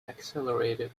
accelerated